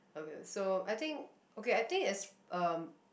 okay so I think okay I think it's um